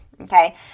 Okay